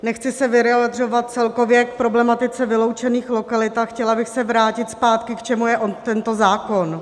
Nechci se vyjadřovat celkově k problematice vyloučených lokalit a chtěla bych se vrátit zpátky, k čemu je tento zákon.